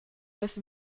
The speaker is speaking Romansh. las